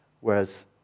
Whereas